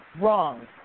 Wrong